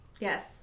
Yes